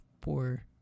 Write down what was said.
poor